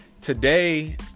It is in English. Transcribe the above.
Today